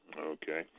Okay